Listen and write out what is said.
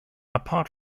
apart